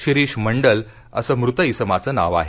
शिरीष मंडल असं मृत इसमाचं नाव आहे